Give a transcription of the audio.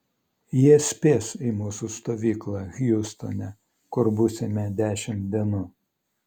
jie spės į mūsų stovyklą hjustone kur būsime dešimt dienų